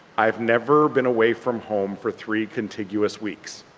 i've never been away from home for three contiguous weeks.